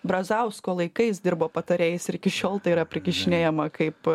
brazausko laikais dirbo patarėjais ir iki šiol tai yra prikišinėjama kaip